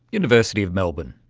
university of melbourne.